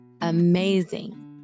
amazing